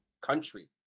country